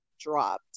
dropped